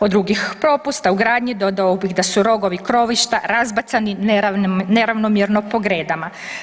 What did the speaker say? Od drugih propusta u gradnji dodao bih da su rogovi krovišta razbacani neravnomjerno po gredama.